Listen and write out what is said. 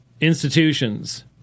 institutions